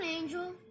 Angel